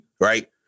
right